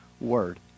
word